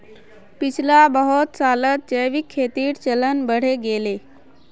पिछला बहुत सालत जैविक खेतीर चलन बढ़े गेले